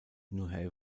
new